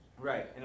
Right